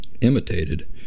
imitated